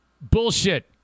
Bullshit